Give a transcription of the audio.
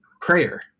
prayer